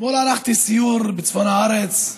אתמול ערכתי סיור בצפון הארץ,